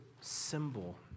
symbol